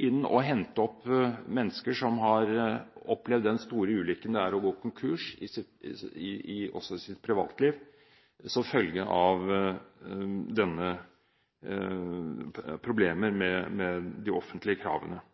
inn og hente opp mennesker som har opplevd den store ulykken det er å gå konkurs også i sitt privatliv, som følge av problemer med de offentlige kravene.